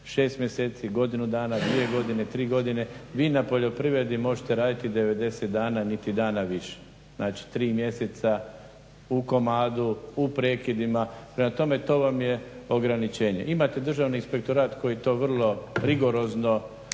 6 mjeseci, godinu dana, 2 godine, 3 godine vi na poljoprivredi možete raditi 90 dana, niti dana više. Znači 3 mjeseca u komadu, u prekidima. Prema tome, to vam je ograničenje. Imate Državni inspektorat koji to vrlo rigorozno